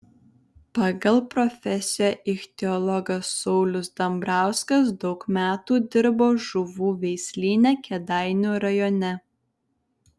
pagal profesiją ichtiologas saulius dambrauskas daug metų dirbo žuvų veislyne kėdainių rajone